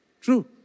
True